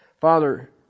Father